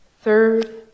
Third